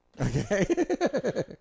okay